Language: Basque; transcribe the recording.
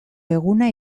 eguna